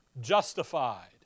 Justified